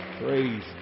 Praise